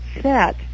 set